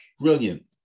Brilliant